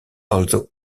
also